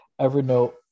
Evernote